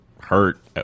hurt